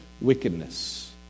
wickedness